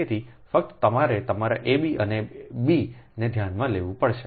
તેથી ફક્ત તમારે તમારા એબી અને બી ને ધ્યાનમાં લેવું પડશે